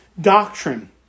doctrine